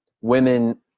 women